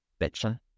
bitching